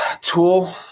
Tool